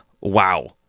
Wow